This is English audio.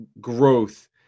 growth